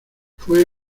fue